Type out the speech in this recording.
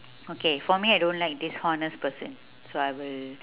okay for me I don't like dishonest person so I will